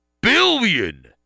billion